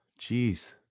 Jeez